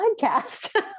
podcast